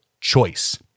choice